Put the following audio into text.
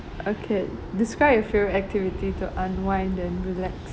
okay describe your favourite activity to unwind and relax